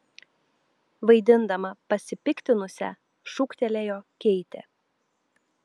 vaidindama pasipiktinusią šūktelėjo keitė